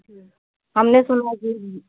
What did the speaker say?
जी हमने सुना कि